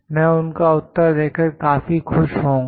मैं उनका उत्तर देकर काफी खुश होऊंगा